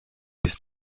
bist